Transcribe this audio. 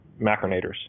macronators